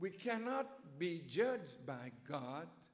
we cannot be judged by god